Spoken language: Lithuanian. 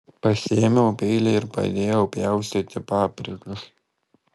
pasiėmiau peilį ir padėjau pjaustyti paprikas